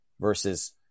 versus